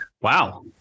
Wow